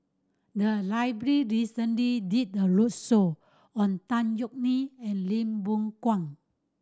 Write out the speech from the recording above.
the library recently did a roadshow on Tan Yeok Nee and Lim Boon Kwang